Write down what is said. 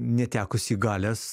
netekusį galias